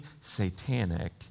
satanic